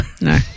No